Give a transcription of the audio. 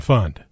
Fund